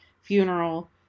funeral